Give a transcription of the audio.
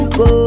go